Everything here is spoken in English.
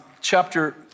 chapter